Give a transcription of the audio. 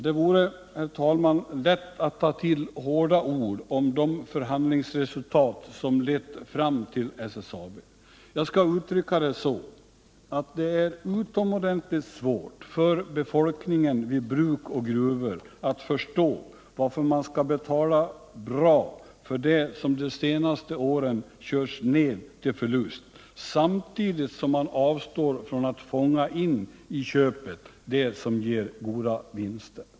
Det vore lätt att ta till hårda ord om de förhandlingsresultat som lett fram till SSAB. Jag skall uttrycka det så att det är utomordentligt svårt för befolkningen vid bruk och gruvor att förstå varför man skall betala bra för det som de senaste åren körts ner till förlust samtidigt som man avstår från att fånga in i köpet det som ger goda vinster.